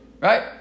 right